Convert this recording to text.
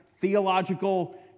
theological